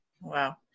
Wow